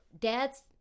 dad's